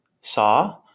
saw